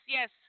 yes